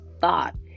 thought